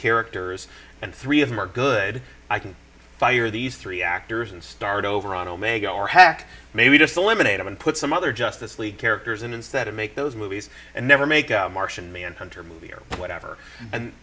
characters and three of them are good i can fire these three actors and start over on omega or heck maybe just eliminate them and put some other justice league characters in instead of make those movies and never make a martian manhunter movie or whatever and